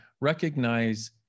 recognize